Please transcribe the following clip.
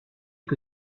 que